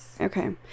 Okay